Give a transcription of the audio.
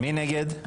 מי נגד?